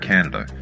Canada